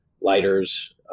lighters